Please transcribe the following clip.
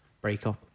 breakup